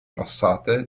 passate